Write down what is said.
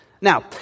Now